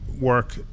work